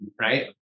right